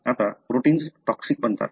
आता proteins toxic बनतात